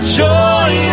joy